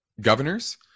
governors